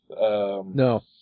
no